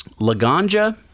Laganja